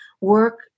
work